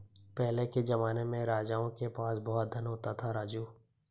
पहले के जमाने में राजाओं के पास बहुत धन होता था, राजू